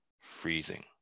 freezing